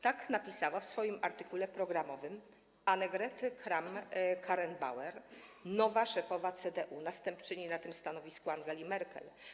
Tak napisała w swoim artykule programowym Annegret Kramp-Karrenbauer, nowa szefowa CDU, następczyni na tym stanowisku Angeli Merkel.